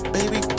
Baby